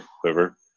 quiver